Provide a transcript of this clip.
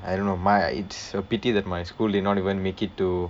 I don't know my it's a pity that my school did not even make it to